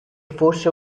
fosse